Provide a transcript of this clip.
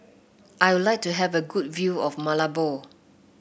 I would like to have a good view of Malabo